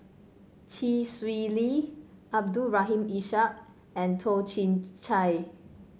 Chee Swee Lee Abdul Rahim Ishak and Toh Chin Chye